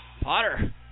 Potter